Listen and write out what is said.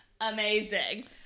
Amazing